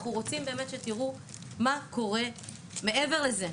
אנחנו רוצים באמת שתראו מה קורה מעבר לזה.